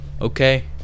Okay